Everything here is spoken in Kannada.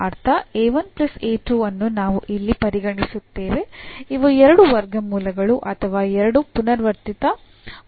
ಅರ್ಥ ಮತ್ತು ಅನ್ನು ನಾವು ಇಲ್ಲಿ ಪರಿಗಣಿಸುತ್ತೇವೆ ಇವು ಎರಡು ವರ್ಗಮೂಲಗಳು ಅಥವಾ ಎರಡು ಪುನರಾವರ್ತಿತ ಮೂಲಗಳು